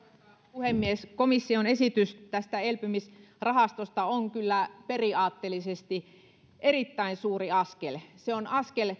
puhemies komission esitys tästä elpymisrahastosta on kyllä periaatteellisesti erittäin suuri askel se on askel